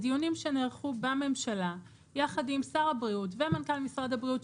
בדיונים שנערכו בממשלה יחד עם שר הבריאות ומנכ"ל משרד הבריאות,